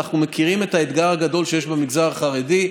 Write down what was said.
ואנחנו מכירים את האתגר הגדול שיש במגזר החרדי.